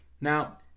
Now